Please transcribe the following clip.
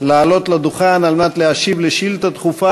לעלות לדוכן כדי להשיב על שאילתה דחופה